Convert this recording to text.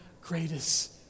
greatest